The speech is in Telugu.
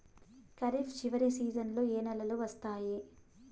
ఖరీఫ్ చివరి సీజన్లలో ఏ నెలలు వస్తాయి?